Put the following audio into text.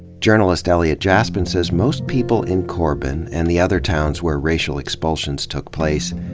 journalist elliot jaspin says most people in corbin, and the other towns where racia l expulsions took place,